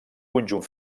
conjunt